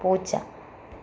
പൂച്ച